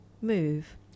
move